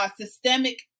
systemic